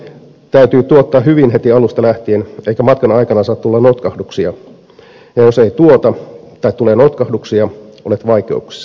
liikeidean täytyy tuottaa hyvin heti alusta lähtien eikä matkan aikana saa tulla notkahduksia ja jos ei tuota tai tulee notkahduksia olet vaikeuksissa